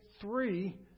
three